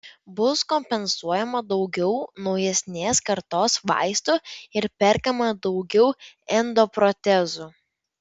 bus kompensuojama daugiau naujesnės kartos vaistų ir perkama daugiau endoprotezų